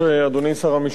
אדוני שר המשפטים,